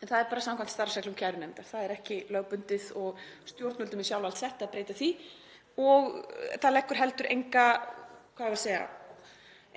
en það er bara samkvæmt starfsreglum kærunefndar, það er ekki lögbundið og stjórnvöldum í sjálfsvald sett að breyta því. Það leggur heldur